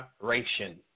generation